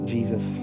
Jesus